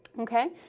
okay?